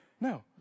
no